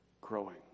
growing